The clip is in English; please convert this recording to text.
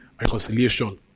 reconciliation